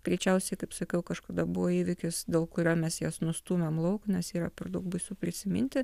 greičiausiai kaip sakiau kažkada buvo įvykis dėl kurio mes jas nustūmėm lauk nes yra per daug baisu prisiminti